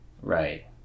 right